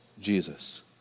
Jesus